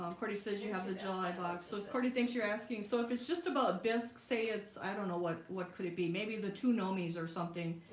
um says you have the july box. so courtney thinks you're asking so if it's just about disk say it's i don't know what what could it be? maybe the two nomi's or something?